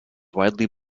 widely